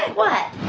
what?